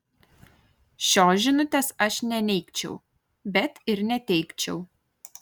šios žinutės aš neneigčiau bet ir neteigčiau